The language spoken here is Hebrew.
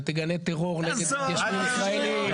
ותגנה טרור נגד מתיישבים ישראלים.